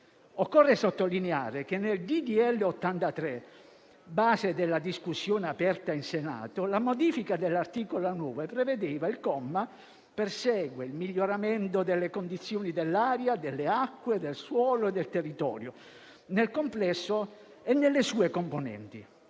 Occorre sottolineare che nel disegno di legge n. 83, base della discussione aperta in Senato, la modifica dell'articolo 9 prevedeva il seguente comma: «persegue il miglioramento delle condizioni dell'aria, delle acque, del suolo e del territorio, nel complesso e nelle sue componenti».